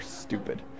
stupid